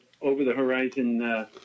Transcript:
over-the-horizon